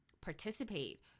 participate